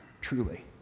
truly